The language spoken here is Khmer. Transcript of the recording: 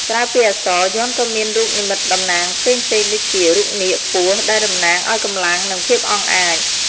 ក្រៅពីអក្សរ យ័ន្តក៏មាន រូបនិមិត្តតំណាងផ្សេងៗដូចជា រូបនាគ ពស់ ដែលតំណាងឱ្យកម្លាំង និងភាពអង់អាច។